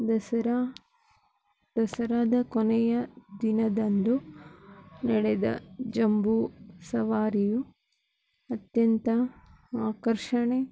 ದಸರಾ ದಸರಾದ ಕೊನೆಯ ದಿನದಂದು ನಡೆದ ಜಂಬೂ ಸವಾರಿಯು ಅತ್ಯಂತ ಆಕರ್ಷಣೆ